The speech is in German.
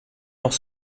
noch